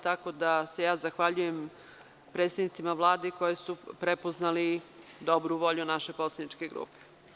Tako da, se ja zahvaljujem predstavnicima Vlade koji su prepoznali dobru volju naše poslaničke grupe.